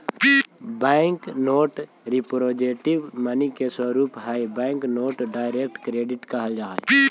bank note representative money के स्वरूप हई बैंक नोट डायरेक्ट क्रेडिट कहल जा हई